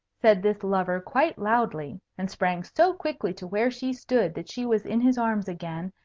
said this lover, quite loudly, and sprang so quickly to where she stood that she was in his arms again,